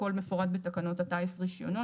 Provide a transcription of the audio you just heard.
הכל מפורט בתקנות הטיס (רישיונות).